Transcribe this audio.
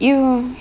ya